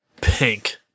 pink